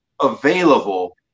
available